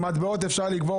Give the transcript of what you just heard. מטבעות אפשר לקבור,